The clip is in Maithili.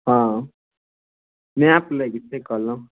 हँ मैप लै के से कहलहुॅं